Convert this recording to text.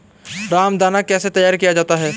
रामदाना कैसे तैयार किया जाता है?